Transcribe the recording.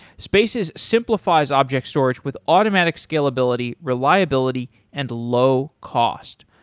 spaces simplifies object storage with automatic scalability, reliability and low cost.